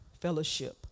fellowship